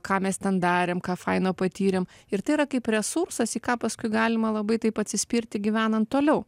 ką mes ten darėm ką faino patyrėm ir tai yra kaip resursas į ką paskui galima labai taip atsispirti gyvenant toliau